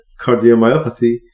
cardiomyopathy